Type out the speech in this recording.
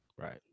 Right